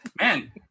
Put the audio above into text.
man